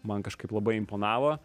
man kažkaip labai imponavo